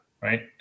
right